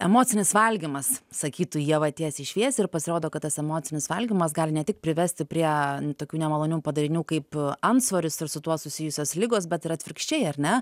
emocinis valgymas sakytų ieva tiesiai šviesiai ir pasirodo kad tas emocinis valgymas gali ne tik privesti prie tokių nemalonių padarinių kaip antsvoris ir su tuo susijusios ligos bet ir atvirkščiai ar ne